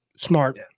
Smart